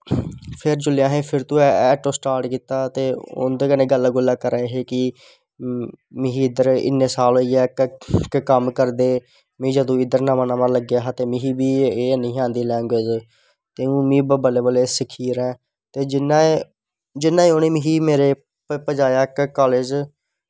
फिर असें जिसले फिर तों ऐटो स्टार्ट कीता ते उंदे कन्नै गल्लां गुल्लां करा दे हे की मिगी इध्दर इन्ने साल होईयै कम्म करदे मिगी जदूं नमां नमां इध्दर लग्गेआ हा ते मीं बी नी आंदी ही एह् लैंग्वेज़ ते हून में बल्लें बल्लें सिक्खी गेदा ऐ ते जियां उनें मिगी पजाया मेरे कालेज़